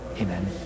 Amen